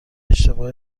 اشتباه